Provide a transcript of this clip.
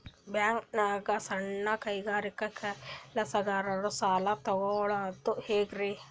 ಬ್ಯಾಂಕ್ದಾಗ ಸಣ್ಣ ಕೈಗಾರಿಕಾ ಕೆಲಸಗಾರರು ಸಾಲ ತಗೊಳದ್ ಹೇಂಗ್ರಿ?